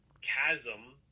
chasm